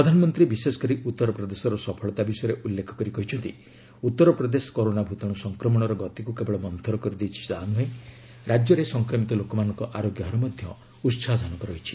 ପ୍ରଧାନମନ୍ତ୍ରୀ ବିଶେଷ କରି ଉତ୍ତର ପ୍ରଦେଶର ସଫଳତା ବିଷୟରେ ଉଲ୍ଲେଖ କରି କହିଛନ୍ତି ଉତ୍ତର ପ୍ରଦେଶ କରୋନା ଭୂତାଣ୍ର ସଂକ୍ରମଣର ଗତିକ୍ର କେବଳ ମନ୍ଦୁର କରିଦେଇଛି ତାହା ନ୍ଦୁହେଁ ରାଜ୍ୟରେ ସଂକ୍ରମିତ ଲୋକମାନଙ୍କ ଆରୋଗ୍ୟ ହାର ମଧ୍ୟ ଉତ୍ସାହଜନକ ରହିଛି